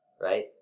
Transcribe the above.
right